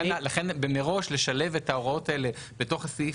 לכן מראש לשלב את ההוראות האלה בתוך הסעיף